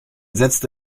setzte